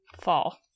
fall